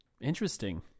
Interesting